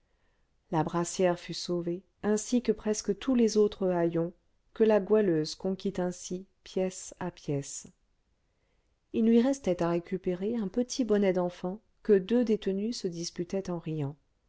la brassière fut sauvée ainsi que presque tous les autres haillons que la goualeuse conquit ainsi pièce à pièce il lui restait à récupérer un petit bonnet d'enfant que deux détenues se disputaient en riant